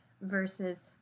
versus